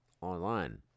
online